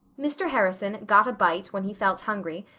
mr. harrison got a bite when he felt hungry,